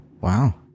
Wow